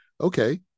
okay